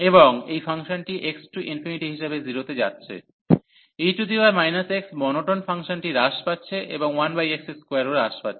এবং এই ফাংশনটি x→∞ হিসাবে 0 তে যাচ্ছে e x মোনোটোন ফাংশনটি হ্রাস পাচ্ছে এবং 1x2 ও হ্রাস পাচ্ছে